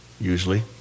usually